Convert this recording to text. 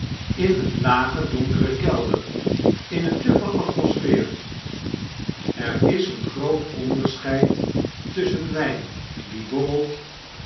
in een lagen donkeren kelder in een duffe atmosfeer er is een groot onderscheid tusschen wyn die